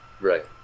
right